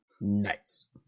Nice